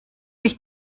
mich